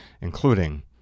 including